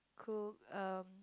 cook um